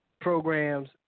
programs